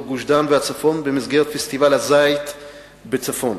גוש-דן והצפון במסגרת פסטיבל הזית בצפון.